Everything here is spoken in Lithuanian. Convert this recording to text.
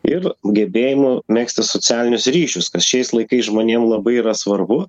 ir gebėjimų megzti socialinius ryšius kas šiais laikais žmonėm labai yra svarbu